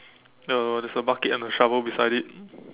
no there is a bucket and a shovel beside it